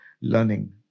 learning